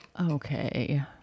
Okay